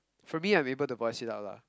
for me I'm able to voice it out lah